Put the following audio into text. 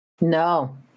No